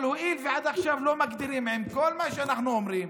אבל הואיל ועם כל מה שאנחנו אומרים